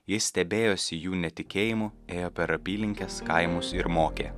jis stebėjosi jų netikėjimu ėjo per apylinkes kaimus ir mokė